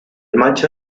macho